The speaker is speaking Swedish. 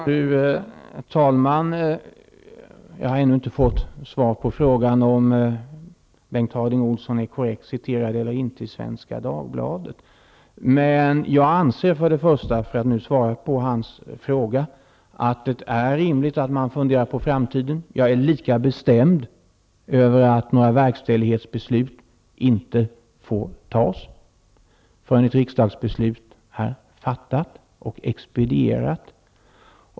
Fru talman! Jag har ännu inte fått svar på frågan om Bengt Harding Olson är korrekt citerad eller inte i Som svar på hans fråga vill jag säga att det är rimligt att man funderar på framtiden. Jag är lika bestämd över att några verkställighetsbeslut inte får fattas förrän ett riksdagsbeslut är fattat och expedierat.